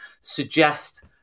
suggest